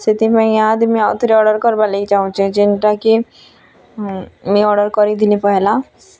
ସେଥିପାଇଁ ଇହାଦେ ମୁଇଁ ଆଉ ଥରେ ଅର୍ଡ଼ର୍ କରବାର୍ଲାଗି ଚାଁହୁଚେ ଯେନ୍ଟାକି ମୁଇଁ ଅର୍ଡ଼ର୍ କରିଥିଲି ପହେଲା